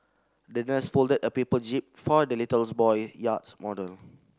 the nurse folded a paper jib for the little boy yacht model